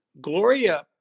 Gloria